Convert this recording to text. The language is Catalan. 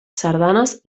sardanes